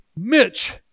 Mitch